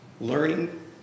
learning